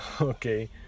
Okay